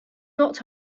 not